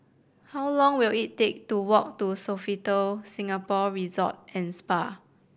how long will it take to walk to Sofitel Singapore Resort and Spa